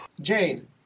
Jane